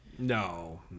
no